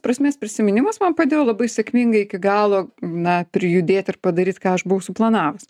prasmės prisiminimas man padėjo labai sėkmingai iki galo na prijudėt ir padaryt ką aš buvau suplanavus